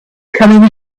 coming